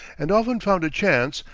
and often found a chance,